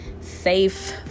safe